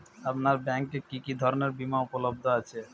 আপনার ব্যাঙ্ক এ কি কি ধরনের বিমা উপলব্ধ আছে?